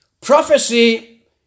prophecy